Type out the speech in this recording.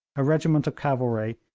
a regiment of cavalry,